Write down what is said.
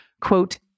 quote